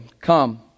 come